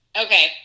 Okay